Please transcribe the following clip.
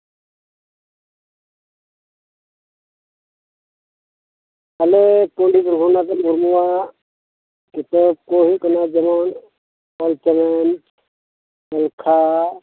ᱟᱞᱮ ᱯᱚᱱᱰᱤᱛ ᱨᱚᱜᱷᱩᱱᱟᱛᱷ ᱢᱩᱨᱢᱩᱣᱟᱜ ᱠᱤᱛᱟᱹᱵ ᱠᱚ ᱦᱩᱭᱩᱜ ᱠᱟᱱᱟ ᱡᱮᱢᱚᱱ ᱚᱞ ᱪᱮᱢᱮᱫ ᱮᱞᱠᱷᱟ